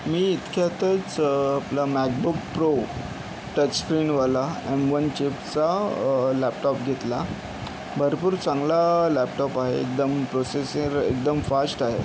मी इतक्यातचं आपलं MacBook Pro touch स्क्रीनवाला एम वन चीपचा लॅपटॉप घेतला भरपूर चांगला लॅपटॉप आहे एकदमं प्रोसेसर एकदम फाष्ट आहे